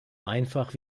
einfach